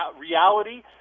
reality